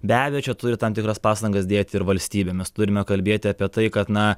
be abejo čia turi tam tikras pastangas dėti ir valstybė mes turime kalbėti apie tai kad na